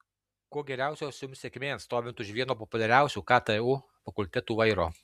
kuo geriausios jums sėkmės stovint už vieno populiariausių ktu fakultetų vairo